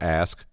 ask